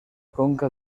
conca